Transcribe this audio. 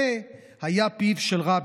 הפה היה פיו של רבין,